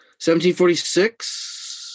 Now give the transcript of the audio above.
1746